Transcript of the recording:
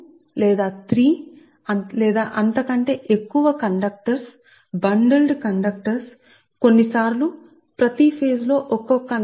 ప్రతి దశలో మీకు 2 లేదా 3 లేదా అంతకంటే ఎక్కువ కండక్టర్లు ఉండవచ్చు బండిల్ కండక్టర్లు ఉన్నారు కొంత దశలో ఒకే కండక్టర్లు ప్రతి దశలో నే ఉంటారు